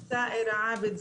סאאירה זה